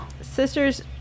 sisters